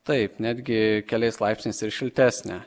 taip netgi keliais laipsniais ir šiltesnė